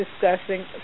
discussing